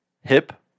Hip